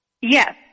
Yes